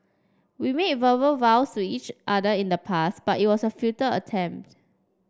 we made verbal vows to each other in the past but it was a futile attempt